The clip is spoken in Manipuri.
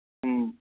ꯎꯝ